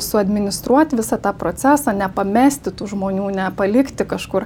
suadministruoti visą tą procesą nepamesti tų žmonių nepalikti kažkur